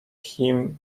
him